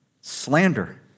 Slander